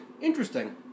interesting